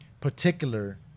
particular